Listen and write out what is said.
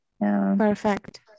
Perfect